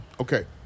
Okay